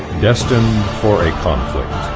destined for a conflict.